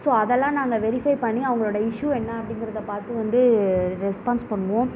so அதெல்லாம் நாங்கள் verify பண்ணி அவங்களோட இஷ்யூ என்ன அப்படிங்குறத பார்த்து வந்து ரெஸ்பான்ஸ் பண்ணுவோம்